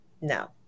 No